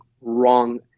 wrong